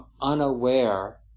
unaware